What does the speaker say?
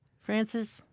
francis,